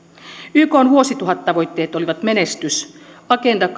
ykn vuosituhattavoitteet olivat menestys agenda